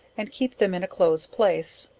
and keep them in a close place.